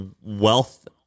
wealth